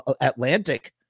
Atlantic